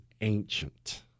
ancient